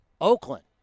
Oakland